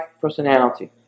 personality